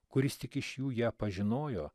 kuris tik iš jų ją pažinojo